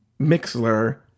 Mixler